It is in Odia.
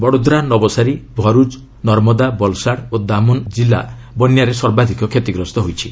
ବଡ଼ୋଦ୍ରା ନବସାରୀ ଭରୁଜ୍ ନର୍ମଦା ବଲ୍ସାଡ ଓ ଦାମନ ଆଜି ଜିଲ୍ଲା ବନ୍ୟାରେ ସର୍ବାଧିକ କ୍ଷତିଗ୍ରସ୍ତ ହୋଇଛି